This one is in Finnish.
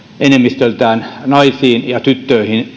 enemmistöltään naisiin ja tyttöihin